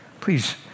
Please